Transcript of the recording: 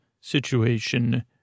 situation